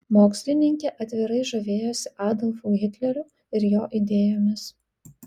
mokslininkė atvirai žavėjosi adolfu hitleriu ir jo idėjomis